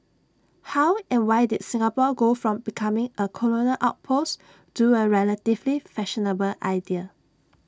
how and why did Singapore go from becoming A colonial outpost to A relatively fashionable idea